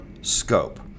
scope